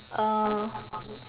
uh